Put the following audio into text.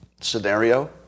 scenario